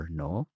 no